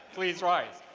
please rise.